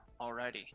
Alrighty